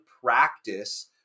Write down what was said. practice